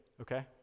okay